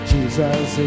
Jesus